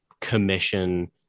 commission